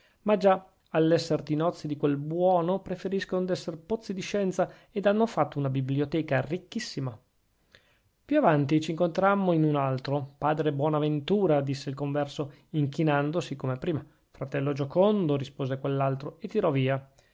ma già all'esser tinozzi di quel buono preferiscono d'esser pozzi di scienza ed hanno fatto una biblioteca ricchissima più avanti c'incontrammo in un altro padre bonaventura disse il converso inchinandosi come prima fratello giocondo rispose quell'altro e tirò via